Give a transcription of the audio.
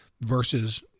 versus